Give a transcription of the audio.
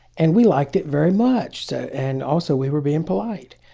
and we liked it very much so and also we were being polite.